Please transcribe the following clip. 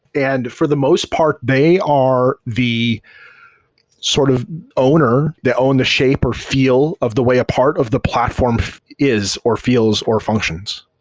and for the most part, they are the sort of owner. they own the shape, or feel of the way a part of the platform is or feels or functions.